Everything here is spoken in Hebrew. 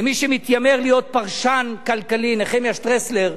למי שמתיימר להיות פרשן כלכלי, נחמיה שטרסלר,